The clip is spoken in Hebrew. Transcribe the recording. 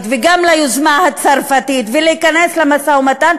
וגם ליוזמה הצרפתית ולהיכנס למשא-ומתן,